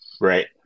right